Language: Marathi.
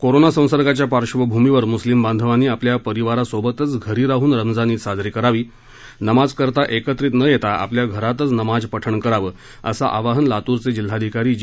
कोरोना विषाणू संसर्गाच्या पार्श्वभूमीवर म्स्लिम बांधवानी आपल्या परिवारासोबतच घरी राहन रमजान ईद साजरी करावी नमाज करता एकत्रित न येता आपल्या घरातच नमाज पठण करावं असं आवाहन लातूरचे जिल्हाधिकारी जी